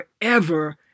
forever